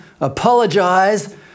apologize